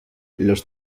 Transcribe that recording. los